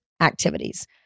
activities